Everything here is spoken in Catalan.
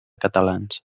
catalans